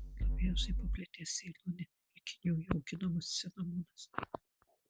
labiausiai paplitęs ceilone ir kinijoje auginamas cinamonas